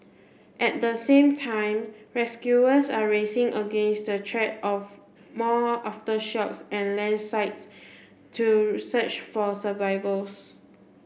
at the same time rescuers are racing against the of more aftershocks and landslides to research for survivals